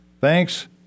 Thanks